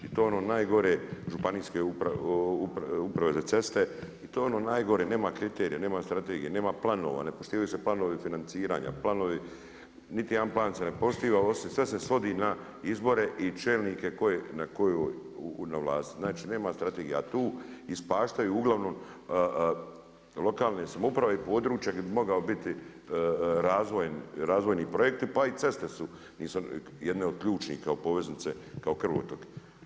I to je ono najgore županijske uprave za ceste, to je ono najgore, nema strategije, kriterija, nema planova, ne poštivaju se planovi financiranja, planovi, niti jedan plan se ne poštiva, sve se svodi na izbore i čelnike na vlasti, znači nema strategija, a tu ispaštaju uglavnom lokalne samouprave i područje gdje bi mogao biti razvojni projekt, pa i ceste su jedne od ključnih kao poveznice, kao krvotok.